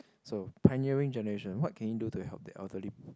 so pioneering generation what can you do to help the elderly